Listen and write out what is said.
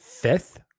fifth